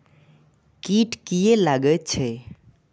कीट किये लगैत छै?